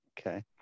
okay